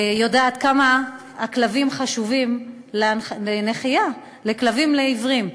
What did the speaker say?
יודעת כמה הכלבים חשובים לנחייה, כלבים לעיוורים.